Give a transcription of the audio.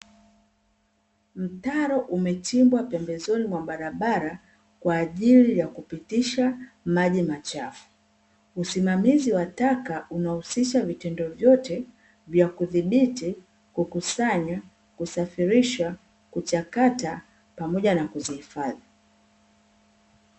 Mtaro umechimbwa pembezoni mwa barabara, kwa ajili ya kupitisha maji machafu. Usimamizi wa taka unahusisha vitendo vyote vya kudhibiti, kukusanya, kusafirisha, kuchakata pamoja na kizihifadhi.